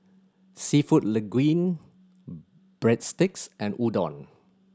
Seafood Linguine Breadsticks and Udon